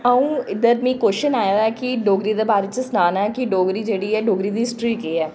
अ'ऊं इद्धर मिगी क्वश्चन आए दा कि डोगरी दे बारे च सनान्नां कि डोगरी जेह्ड़ी ऐ डोगरी दी हिस्ट्री केह् ऐ